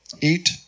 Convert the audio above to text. Eat